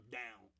down